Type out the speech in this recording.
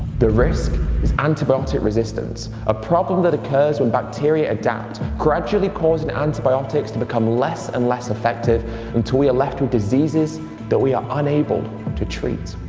the risk is antibiotic resistance a problem that occurs when bacteria adapt, gradually causing antibiotics to become less and less effective until we are left with diseases that we are unable to treat.